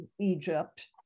Egypt